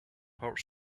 part